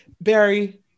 Barry